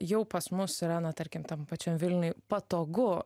jau pas mus yra na tarkim tam pačiam vilniui patogu